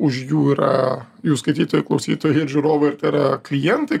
už jų yra jų skaitytojai klausytojai žiūrovai ir tai yra klientai